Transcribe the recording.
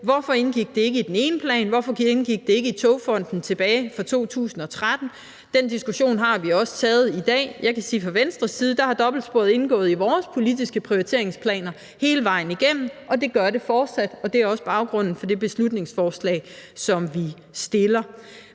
hvorfor det ikke indgik i den ene plan, og hvorfor det ikke indgik i Togfonden DK tilbage i 2013. Den diskussion har vi også taget i dag. Fra Venstres side kan jeg sige, at dobbeltsporet har indgået i vores politiske prioriteringsplaner hele vejen igennem, og det gør det fortsat. Det er også baggrunden for det beslutningsforslag, som vi har